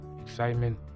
excitement